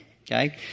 Okay